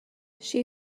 she